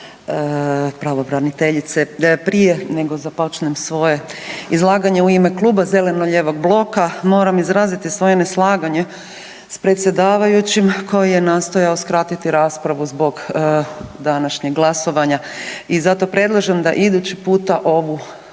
pravobraniteljice, prije nego što započnem svoje izlaganje u ime Kluba zeleno-lijevog bloka moram izraziti svoje neslaganje s predsjedavajućim koji je nastojao skratiti raspravu zbog današnjeg glasovanja. I zato predlažem da idući puta ovu